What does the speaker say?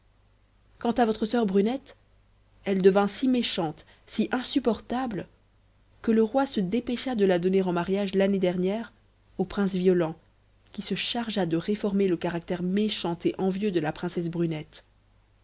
quant à votre soeur brunette elle devint si méchante si insupportable que le roi se dépêcha de la donner en mariage l'année dernière au prince violent qui se chargea de réformer le caractère méchant et envieux de la princesse brunette